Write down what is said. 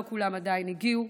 עדיין לא כולם הגיעו.